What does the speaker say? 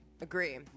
Agree